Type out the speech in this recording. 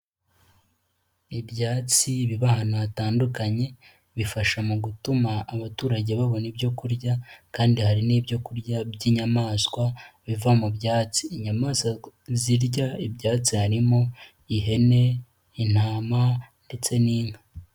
Ibyatsi biba ahantu hatandukanye, bifasha mu gutuma abaturage babona ibyokurya, kandi hari n'ibyokurya by'inyamaswa biva mu byatsi. Inyamaswa zirya ibyatsi harimo, ihene, intama, ndetse n'inka.